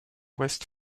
west